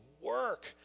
work